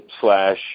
slash